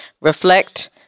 Reflect